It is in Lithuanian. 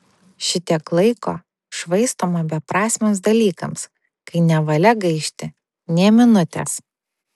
šitiek laiko švaistoma beprasmiams dalykams kai nevalia gaišti nė minutės